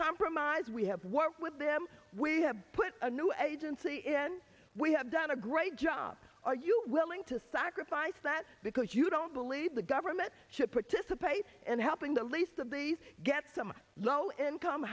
compromise we have worked with them we have put a new agency in we have done a great job are you willing to sacrifice that because you don't believe the government should participate in helping the least of these get some low income